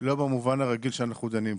לא במובן הרגיל שאנחנו דנים פה.